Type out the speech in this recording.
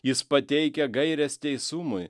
jis pateikia gaires teisumui